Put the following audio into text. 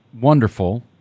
wonderful